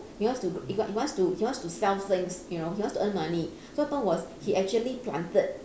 he wants to he he wants to he wants to sell things you know he wants to earn money so what happened was he actually planted